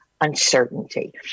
uncertainty